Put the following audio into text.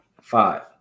five